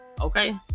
Okay